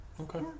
okay